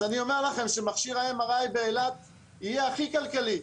אז אני אומר לכם שמכשיר ה-MRI באילת יהיה הכי כלכלי.